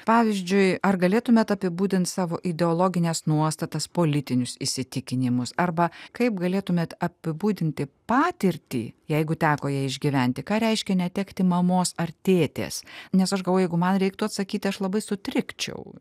pavyzdžiui ar galėtumėt apibūdint savo ideologines nuostatas politinius įsitikinimus arba kaip galėtumėt apibūdinti patirtį jeigu teko ją išgyventi ką reiškia netekti mamos ar tėtės nes aš galvoju jeigu man reiktų atsakyt aš labai sutrikčiau